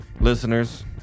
listeners